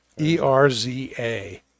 E-R-Z-A